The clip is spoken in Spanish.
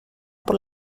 por